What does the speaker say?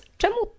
czemu